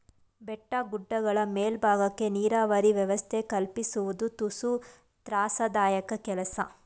ಬೆಟ್ಟ ಗುಡ್ಡಗಳ ಮೇಲ್ಬಾಗಕ್ಕೆ ನೀರಾವರಿ ವ್ಯವಸ್ಥೆ ಕಲ್ಪಿಸುವುದು ತುಸು ತ್ರಾಸದಾಯಕ ಕೆಲಸ